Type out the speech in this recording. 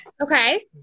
okay